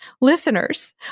listeners